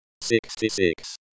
sixty-six